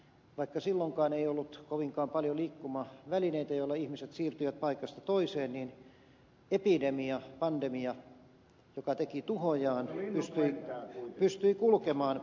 vaikka silloinkaan ei ollut kovinkaan paljon liikkumavälineitä joilla ihmiset siirtyivät paikasta toiseen niin epidemia pandemia joka teki tuhojaan pystyi kulkemaan